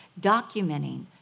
Documenting